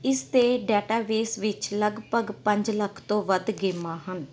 ਇਸ ਦੇ ਡੇਟਾਬੇਸ ਵਿੱਚ ਲਗਭਗ ਪੰਜ ਲੱਖ ਤੋਂ ਵੱਧ ਗੇਮਾਂ ਹਨ